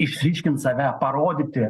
išsiryškint save parodyti